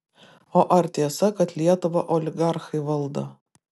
o ar tiesa kad lietuvą oligarchai valdo